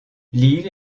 lille